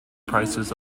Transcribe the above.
prices